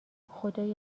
خدایا